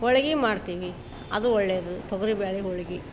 ಹೋಳಿಗೆ ಮಾಡ್ತೀವಿ ಅದು ಒಳ್ಳೇದು ತೊಗರಿ ಬೇಳೆ ಹೋಳಿಗೆ